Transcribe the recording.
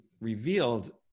revealed